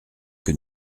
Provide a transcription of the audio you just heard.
que